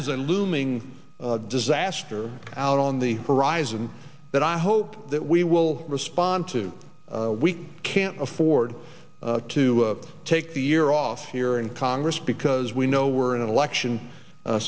is a looming disaster out on the horizon that i hope that we will respond to we can't afford to take the year off here in congress because we know we're in an election